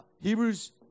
Hebrews